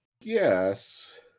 Yes